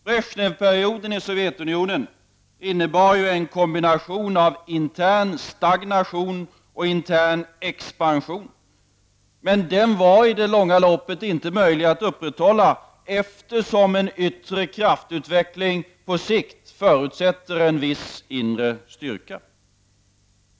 Bresjnevperioden i Sovjetunionen innebar ju en kombination av intern stagnation och intern expansion, och det var en utveckling som i det långa loppet inte var möjlig att upprätthålla, eftersom en yttre kraftutveckling på sikt förutsätter en viss inre styrka.